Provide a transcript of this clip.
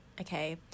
Okay